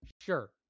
sure